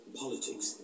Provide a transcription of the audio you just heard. politics